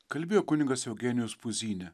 kalbėjo kunigas eugenijus puzynė